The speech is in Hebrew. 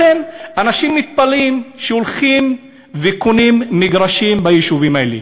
אנשים מתפלאים שהולכים וקונים מגרשים ביישובים האלה.